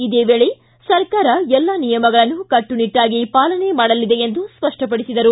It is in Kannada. ಇದೇ ವೇಳೆ ಸರ್ಕಾರ ಎಲ್ಲಾ ನಿಯಮಗಳನ್ನು ಕಟ್ಲುನಿಟ್ಲಾಗಿ ಪಾಲನೆ ಮಾಡಲಿದೆ ಎಂದು ಸ್ವಪ್ಟಪಡಿಸಿದರು